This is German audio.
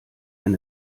wenn